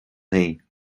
féin